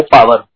Power